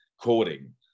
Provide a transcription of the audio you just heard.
coding